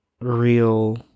real